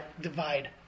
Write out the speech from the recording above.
divide